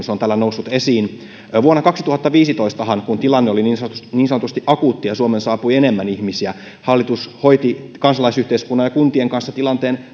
se on täällä noussut esiin vuonna kaksituhattaviisitoistahan kun tilanne oli niin sanotusti akuutti ja suomeen saapui enemmän ihmisiä hallitus hoiti kansalaisyhteiskunnan ja kuntien kanssa tilanteen